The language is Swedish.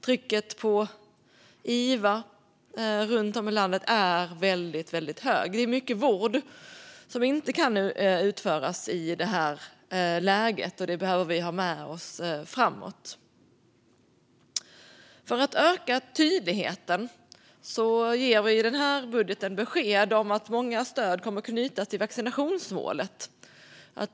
Trycket på IVA runt om i landet är väldigt högt. Det är mycket vård som inte kan utföras i det här läget. Det behöver vi ha med oss framåt. För att öka tydligheten ger vi i den här budgeten besked om att många stöd kommer att knytas till vaccinationsmålet.